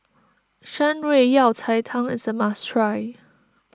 Shan Rui Yao Cai Tang is a must try